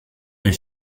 est